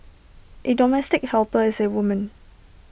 A domestic helper is A woman